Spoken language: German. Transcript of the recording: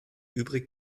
übrig